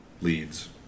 leads